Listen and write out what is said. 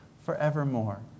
forevermore